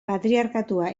patriarkatua